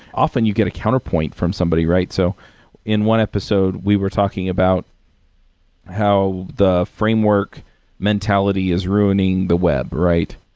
often, you get a counterpoint from somebody, right? so in one episode, we were talking about how the framework mentality is ruining the web, right?